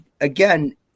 again